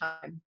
time